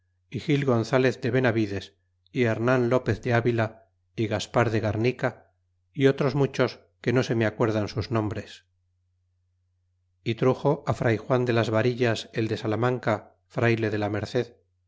gil gonzalez de venavides y reman lopez de avila y gaspar de garnica y otros muchos que no se me acuerdan sus nombres y truxo fray juan de las varillas el de salamanca frayle de la merced